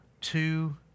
two